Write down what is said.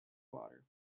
water